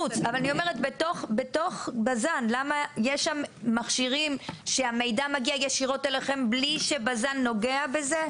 בתוך בז"ן יש מכשירים שהמידע מגיע ישירות אליכם בלי שבז"ן נוגע בזה?